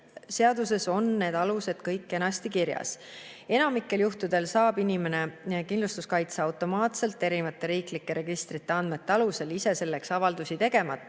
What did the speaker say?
seaduses on need alused kõik kenasti kirjas. Enamikul juhtudel saab inimene kindlustuskaitse automaatselt, erinevate riiklike registrite andmete alusel, ise selleks avaldust tegemata,